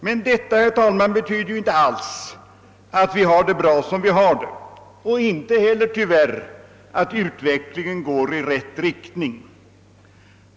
Men detta, herr talman, betyder inte alls att vi har det bra som vi har det och tyvärr inte heller att utvecklingen går i rätt riktning.